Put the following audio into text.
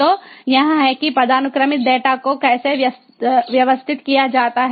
तो यह है कि पदानुक्रमित डेटा को कैसे व्यवस्थित किया जाता है